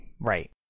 right